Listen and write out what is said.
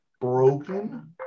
broken